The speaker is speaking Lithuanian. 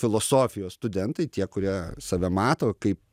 filosofijos studentai tie kurie save mato kaip